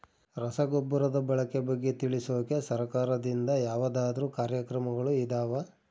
ರಸಗೊಬ್ಬರದ ಬಳಕೆ ಬಗ್ಗೆ ತಿಳಿಸೊಕೆ ಸರಕಾರದಿಂದ ಯಾವದಾದ್ರು ಕಾರ್ಯಕ್ರಮಗಳು ಇದಾವ?